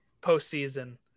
postseason